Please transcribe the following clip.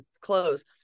close